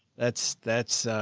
that's, that's